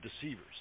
deceivers